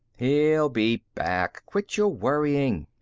he'll be back. quit your worrying.